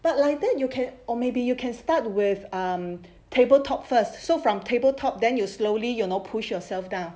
but like that you can or maybe you can start with um table top first so from table top then you slowly you know push yourself down